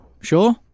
Sure